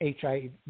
HIV